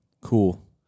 Cool